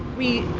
we.